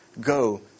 go